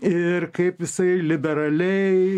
ir kaip jisai liberaliai